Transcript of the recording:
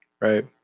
Right